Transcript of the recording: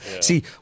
See